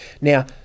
Now